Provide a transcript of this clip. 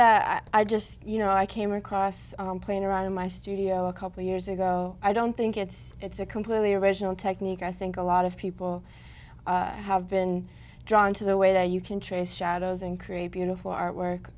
that i just you know i came across playing around in my studio a couple years ago i don't think it's it's a completely original technique i think a lot of people have been drawn to the way that you can trace shadows and create beautiful artwork